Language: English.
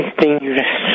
dangerous